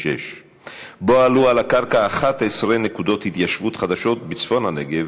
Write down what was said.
שבו עלו על הקרקע 11 נקודות התיישבות חדשות בצפון הנגב,